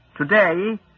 Today